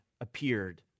appeared